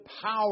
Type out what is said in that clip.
power